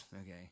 okay